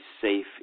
safe